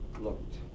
Looked